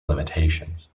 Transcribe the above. limitations